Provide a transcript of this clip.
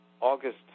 August